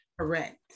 Correct